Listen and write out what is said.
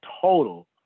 total